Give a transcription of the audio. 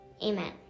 Amen